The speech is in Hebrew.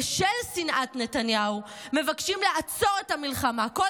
כסיף וסנוואר מבקשים לעצור את המלחמה בשל שנאת נתניהו,